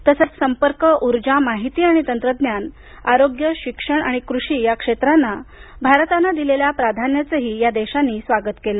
तसंच संपर्क उर्जा माहिती आणि तंत्रज्ञान आरोग्य शिक्षण आणि कृषी या क्षेत्रांना भारतानं दिलेल्या प्राधान्याचंही या देशांनी स्वागत केलं